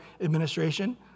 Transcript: administration